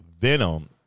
Venom